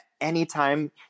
Anytime